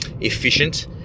efficient